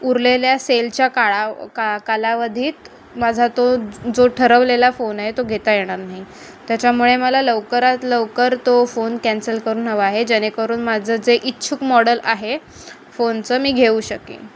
उरलेल्या सेलच्या काळा का कालावधीत माझा तो जो ठरवलेला फोन आहे तो घेता येणार नाही त्याच्यामुळे मला लवकरात लवकर तो फोन कॅन्सल करून हवा आहे जेणेकरून माझं जे इच्छुक मॉडल आहे फोनचं मी घेऊ शकेन